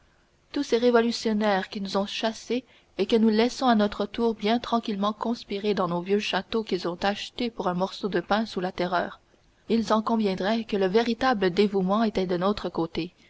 tous ces révolutionnaires qui nous ont chassés et que nous laissons à notre tour bien tranquillement conspirer dans nos vieux châteaux qu'ils ont achetés pour un morceau de pain sous la terreur ils en conviendraient que le véritable dévouement était de notre côté